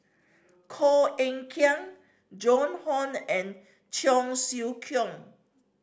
Koh Eng Kian Joan Hon and Cheong Siew Keong